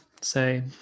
say